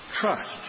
trust